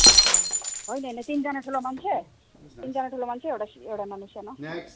अच्छा अच्छा अँ हैन हैन तिनजना ठुला मान्छे तिनजना ठुला मान्छे एउटा एउटा नानी सानो हजुर